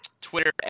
Twitter